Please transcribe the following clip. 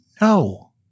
No